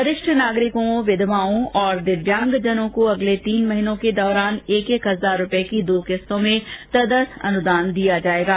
वरिष्ठ नागरिकों विधवाओं और दिव्यांगजनों को अगले तीन महीनों के दौरान एक एक हजार रूपये की दो किस्तों में तदर्थ अनुदान दिया जाएगा